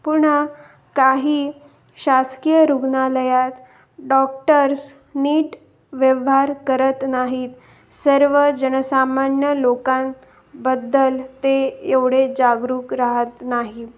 पुन्हा काही शासकीय रुग्नालयात डॉक्टर्स नीट व्यव्हार करत नाहीत सर्व जनसामान्य लोकांबद्दल ते एवढे जागरूक राहात नाही